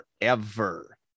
forever